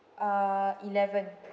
uh eleven